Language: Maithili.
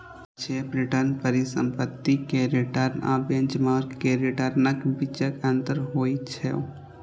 सापेक्ष रिटर्न परिसंपत्ति के रिटर्न आ बेंचमार्क के रिटर्नक बीचक अंतर होइ छै